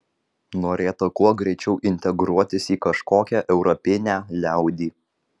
norėta kuo greičiau integruotis į kažkokią europinę liaudį